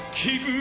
keep